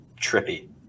trippy